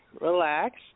relax